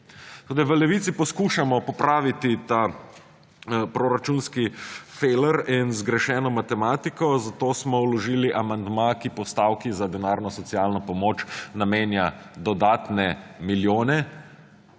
v Levici poskušamo popraviti ta proračunski feler in zgrešeno matematiko, zato smo vložili amandma, ki postavki za denarno socialno pomoč namenja dodatne milijone